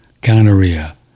gonorrhea